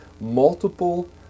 multiple